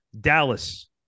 Dallas